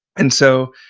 and so,